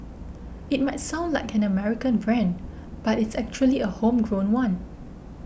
it might sound like an American brand but it's actually a homegrown one